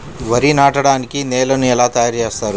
వరి నాటడానికి నేలను ఎలా తయారు చేస్తారు?